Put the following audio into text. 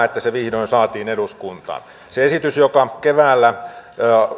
että se vihdoin saatiin eduskuntaan se esitys joka keväällä